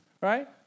right